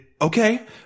Okay